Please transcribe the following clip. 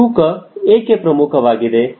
ತೂಕ ಏಕೆ ಪ್ರಮುಖವಾಗಿದೆ